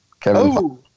Kevin